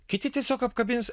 kiti tiesiog apkabins